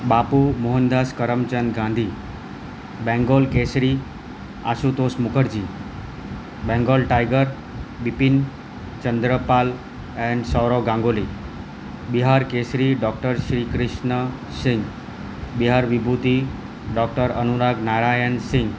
Bapu Mohandas Karamchand Gandhi Bengal Kesari Ashutosh Mukherjee Bengal tiger Bipin Chandra Pal and Sourav Ganguly Bihar Kesari doctor Shri Krishna Singh Bihar Vibhuti doctor Anunag Narayan Sinh